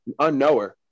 unknower